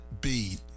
beat